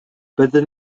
byddwn